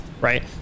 right